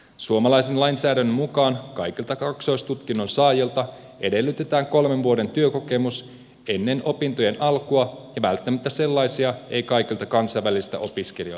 suomalaisen lainsäädännön mukaan kaikilta kaksoistutkinnon saajilta edellytetään kolmen vuoden työkokemus ennen opintojen alkua ja välttämättä sellaisia ei kaikilta kansainvälisiltä opiskelijoilta löydy